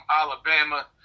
Alabama